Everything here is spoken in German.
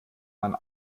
man